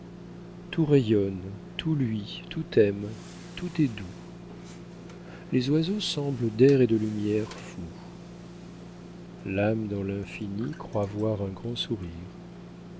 tout rayonne tout luit tout aime tout est doux les oiseaux semblent d'air et de lumière fous l'âme dans l'infini croit voir un grand sourire